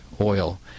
oil